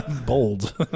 bold